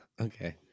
Okay